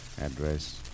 Address